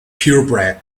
purebred